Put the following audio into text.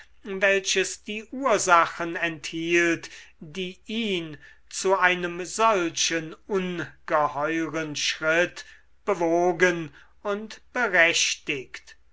welches die ursachen enthielt die ihn zu einem solchen ungeheuren schritt bewogen und berechtigt